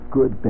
Good